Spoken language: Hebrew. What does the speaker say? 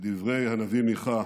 מדברי הנביא מיכה: